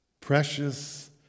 precious